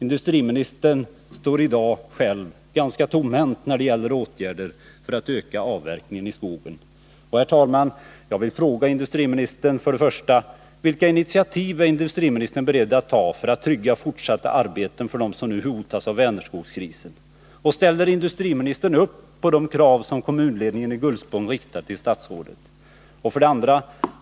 Industriministern står i dag ganska tomhänt när det gäller åtgärder för att öka avverkningen i skogen. Jag vill fråga: 1. Vilka initiativ är industriministern beredd att ta för att trygga fortsatta arbeten för dem som nu hotas av Vänerskogskrisen? Ställer industriministern upp på de krav som kommunledningen i Gullspång har riktat till statsrådet? 2.